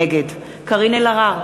נגד קארין אלהרר,